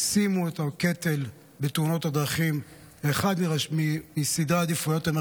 שימו את הקטל בתאונות הדרכים כאחד המרכזיים בסדר העדיפויות.